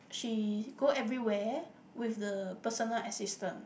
she go everywhere with the personal assistant